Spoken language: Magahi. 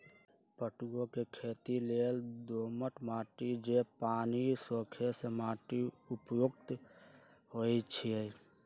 पटूआ के खेती लेल दोमट माटि जे पानि सोखे से माटि उपयुक्त होइ छइ